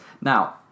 Now